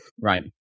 right